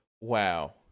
Wow